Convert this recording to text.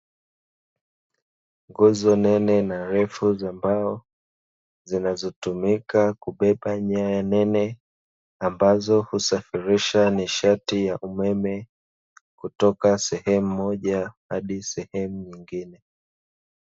Nguzo nene na refu za mbao, zinazotumika kubeba nyaya nene, ambazo husafirisha nishati ya umeme kutoka sehemu moja hadi sehemu nyingine.